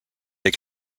they